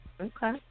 Okay